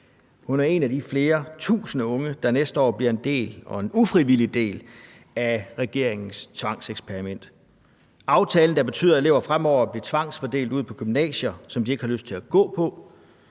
Hun er en af de flere tusind unge, der næste år bliver en ufrivillig del af regeringens tvangseksperiment – aftalen, der betyder, at elever fremover bliver tvangsfordelt ud på gymnasier, som de ikke har lyst til at gå på.